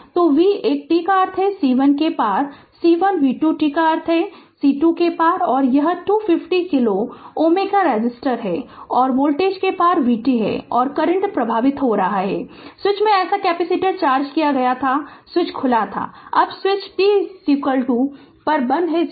तो v एक t का अर्थ C1 के पार C1 v2 t का अर्थ है C2 के पार है और यह 250 किलो Ω रेसिस्टर है और वोल्टेज के पार vt है और करंट प्रवाहित होता है और स्विच से ऐसा कैपेसिटर चार्ज किया गया था स्विच खुला था अब स्विच t पर बंद है 0